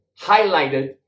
highlighted